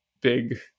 big